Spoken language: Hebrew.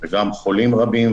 גם חולים רבים,